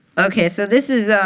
ok, so this is